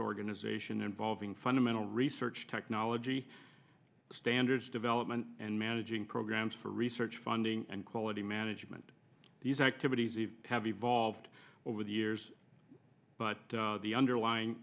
organization involving fundamental research technology standards development and managing programmes for research funding and quality management these activities have evolved over the years but the underlying